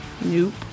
Nope